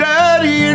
Daddy